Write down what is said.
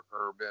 urban